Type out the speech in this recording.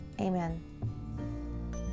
Amen